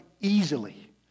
easily